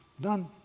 Done